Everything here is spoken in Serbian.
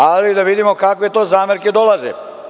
Da vidimo kakve to zamerke dolaze.